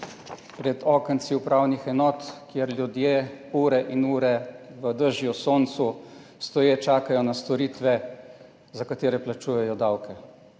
pred okenci upravnih enot, kjer ljudje po ure in ure v dežju, soncu stoje čakajo na storitve, za katere plačujejo davke,